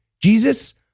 Jesus